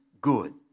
good